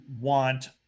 want